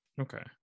Okay